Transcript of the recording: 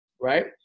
right